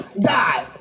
Die